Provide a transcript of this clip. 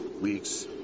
week's